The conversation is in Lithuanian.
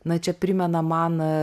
na čia primena mano